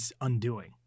undoing